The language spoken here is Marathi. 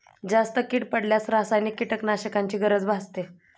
जास्त कीड पडल्यास रासायनिक कीटकनाशकांची गरज भासते